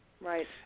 Right